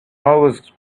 always